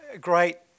great